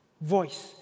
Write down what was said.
voice